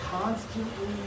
constantly